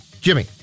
Jimmy